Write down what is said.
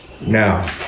Now